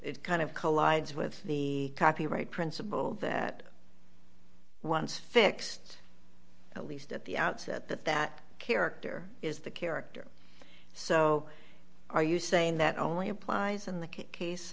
collides with the copyright principle that once fixed at least at the outset that that character is the character so are you saying that only applies in the case